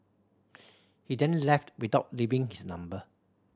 he then left without leaving his number